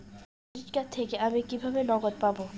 Credit card থেকে আমি কিভাবে নগদ পাব?